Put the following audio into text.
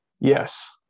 Yes